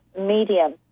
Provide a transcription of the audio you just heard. medium